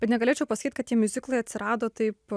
bet negalėčiau pasakyt kad tie miuziklai atsirado taip